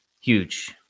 Huge